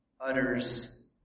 utters